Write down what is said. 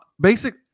basic